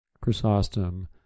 Chrysostom